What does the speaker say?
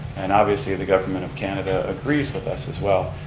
and obviously the government of canada agrees with us as well,